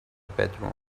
bedroom